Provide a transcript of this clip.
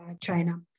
China